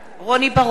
רוני בר-און,